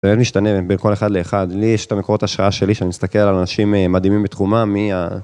זה אין משתנה בין כל אחד לאחד, לי יש את המקורות השראה שלי כשאני מסתכל על אנשים מדהימים בתחומם, מי ה...